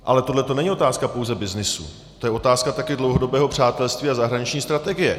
Ale tohle není otázka pouze byznysu, to je otázka také dlouhodobého přátelství a zahraniční strategie.